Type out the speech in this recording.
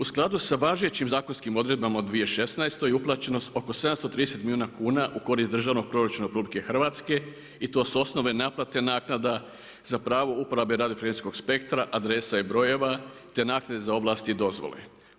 U skladu sa važećim zakonskim odredbama u 2016. uplaćeno oko 730 milijuna kuna u korist Državnog proračuna RH i to s osnove naplate naknade za pravo uporabe radio frekvencijskog spektra adresa je brojeva te naknade ovlasti i dozvole.